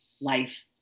life